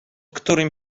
którym